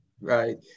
right